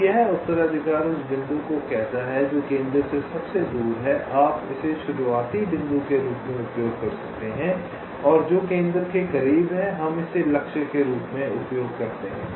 तो यह उत्तराधिकार उस बिंदु को कहता है जो केंद्र से सबसे दूर है आप इसे शुरुआती बिंदु के रूप में उपयोग करते हैं और जो केंद्र के करीब है हम इसे लक्ष्य के रूप में उपयोग करते हैं